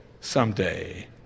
someday